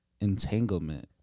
entanglement